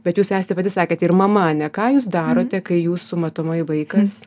bet jūs esate pati sakėte ir mama ne ką jūs darote kai jūs su matomai vaikas